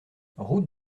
route